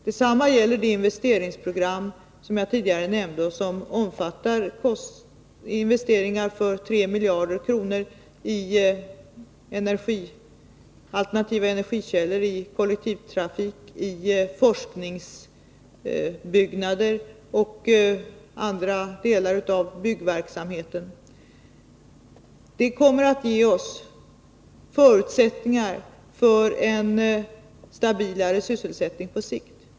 Detsamma gäller det investeringsprogram som jag tidigare nämnde och som omfattar investeringar för 3 miljarder kronor i alternativa energikällor, kollektivtrafik, forskningsbyggnader och andra delar av byggverksamheten. Det kommer att ge oss förutsättningar för en stabilare sysselsättning på sikt.